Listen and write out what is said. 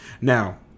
Now